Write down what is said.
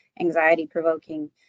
anxiety-provoking